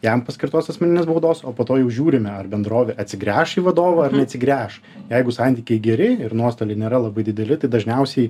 jam paskirtos asmeninės baudos o po to jau žiūrime ar bendrovė atsigręš į vadovą ar neatsigręš jeigu santykiai geri ir nuostoliai nėra labai dideli tai dažniausiai